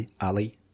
Ali